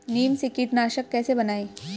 नीम से कीटनाशक कैसे बनाएं?